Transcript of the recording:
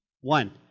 One